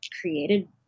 created